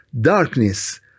darkness